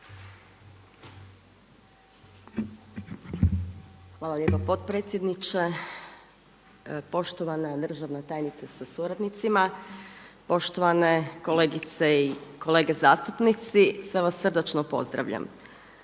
Hvala lijepa potpredsjedniče, poštovana državna tajnice sa suradnicima, poštovane kolegice i kolege zastupnici, sve vas srdačno pozdravljam.